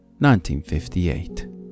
1958